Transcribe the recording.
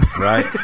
right